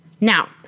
now